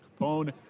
Capone